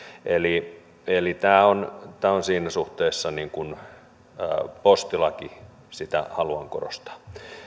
eli eli tämä on tämä on siinä suhteessa postilaki sitä haluan korostaa